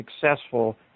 successful